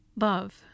love